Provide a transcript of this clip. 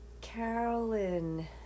Carolyn